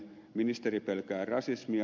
ministeri pelkää rasismia